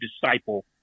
disciple